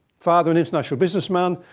father's an international businessman,